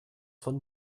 von